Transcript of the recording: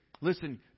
listen